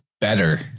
Better